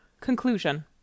conclusion